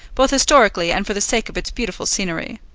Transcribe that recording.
both historically and for the sake of its beautiful scenery.